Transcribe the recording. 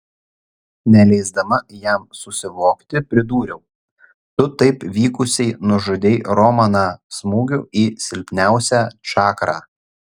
neleisdama jam susivokti pridūriau tu taip vykusiai nužudei romaną smūgiu į silpniausią čakrą